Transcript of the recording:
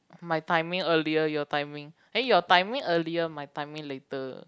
my timing earlier your timing eh your timing earlier my timing later